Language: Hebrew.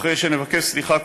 אחרי שנבקש סליחה,